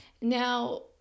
Now